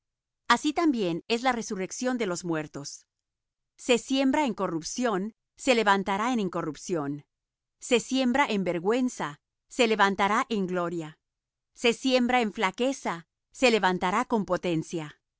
así también es la resurrección de los muertos se siembra en corrupción se levantará en incorrupción se siembra en vergüenza se levantará con gloria se siembra en flaqueza se levantará con potencia se